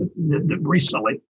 recently